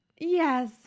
Yes